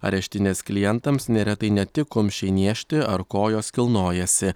areštinės klientams neretai ne tik kumščiai niežti ar kojos kilnojasi